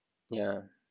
yeah